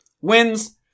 wins